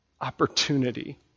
opportunity